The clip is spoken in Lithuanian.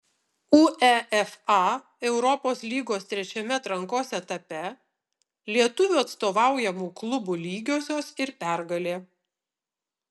uefa europos lygos trečiame atrankos etape lietuvių atstovaujamų klubų lygiosios ir pergalė